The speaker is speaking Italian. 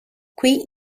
qui